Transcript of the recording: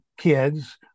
kids